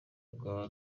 rwaba